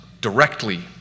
directly